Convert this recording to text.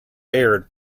aired